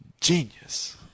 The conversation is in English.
genius